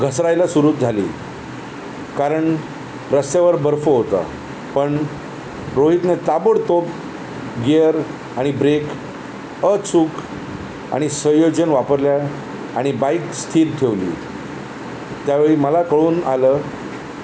घसरायला सुरूवात झाली कारण रस्त्यावर बर्फ होता पण रोहितने ताबडतोब गियर आणि ब्रेक अचुूक आणि संयोजन वापरलं आणि बाईक स्थिर ठेवली त्यावेळी मला कळून आलं